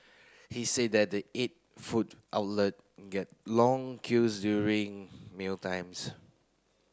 he say that the eight food outlets get long queues during mealtimes